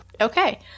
Okay